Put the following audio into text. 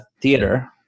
theater